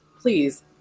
please